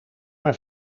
mijn